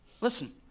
Listen